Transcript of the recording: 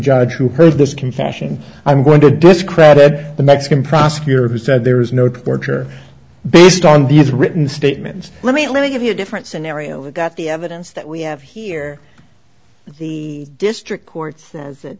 judge who heard this confession i'm going to discredit the mexican prosecutor who said there is no torture based on these written statements let me let me give you a different scenario that the evidence that we have here the district courts